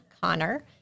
Connor